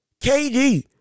KD